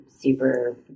super